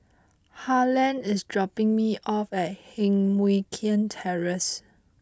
Harland is dropping me off at Heng Mui Keng Terrace